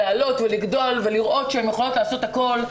לעלות ולגדול ולראות שהן יכולות לעשות הכול,